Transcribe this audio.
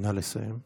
נא לסיים.